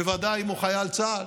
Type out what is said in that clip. בוודאי אם הוא חייל צה"ל,